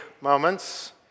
moments